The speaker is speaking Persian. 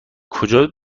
کجا